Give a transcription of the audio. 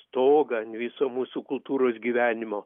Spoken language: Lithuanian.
stogą ant viso mūsų kultūros gyvenimo